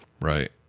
Right